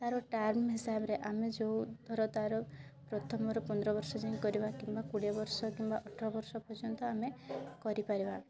ତାର ଟର୍ମ୍ ହିସାବରେ ଆମେ ଯେଉଁ ଧର ତାର ପ୍ରଥମରୁ ପନ୍ଦର ବର୍ଷ ଯାଏଁ କରିବା କିମ୍ବା କୋଡ଼ିଏ ବର୍ଷ କିମ୍ବା ଅଠର ବର୍ଷ ପର୍ଯ୍ୟନ୍ତ ଆମେ କରିପାରିବା